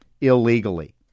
illegally